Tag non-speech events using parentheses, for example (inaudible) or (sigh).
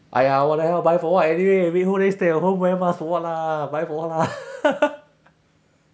!aiya! !waliao! buy for what anyway everyday whole day stay at home wear mask for what lah buy for what lah (laughs)